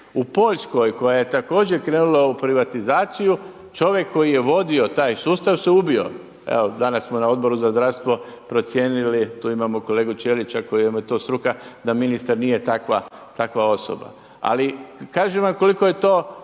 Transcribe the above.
U Poljskoj, koja je također krenula u privatizaciju, čovjek koji je vodio taj sustava se ubio. Evo danas smo na Odboru za zdravstvo procijenili, tu imamo kolegu Ćelića kojemu je to struka, da ministar nije takva osoba. Ali kažem vam koliko je to